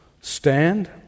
stand